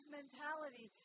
mentality